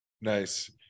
Nice